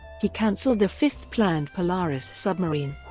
he canceled the fifth planned polaris submarine.